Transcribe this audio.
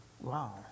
wow